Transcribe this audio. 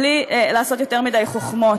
בלי לעשות יותר מדי חוכמות.